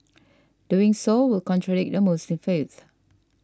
doing so would contradict the Muslim faith